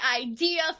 idea